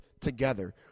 together